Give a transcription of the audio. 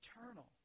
eternal